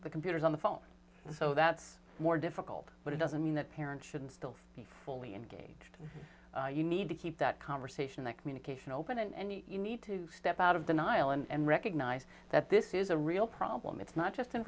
the computers on the phone so that's more difficult but it doesn't mean that parents should still be fully engaged you need to keep that conversation the communication open and you need to step out of denial and recognize that this is a real problem it's not just in